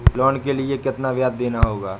Loan के लिए कितना ब्याज देना होगा?